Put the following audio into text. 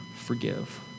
forgive